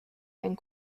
and